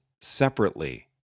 separately